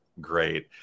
Great